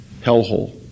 hellhole